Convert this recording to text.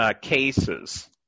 cases